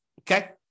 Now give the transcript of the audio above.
Okay